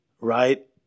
right